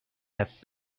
have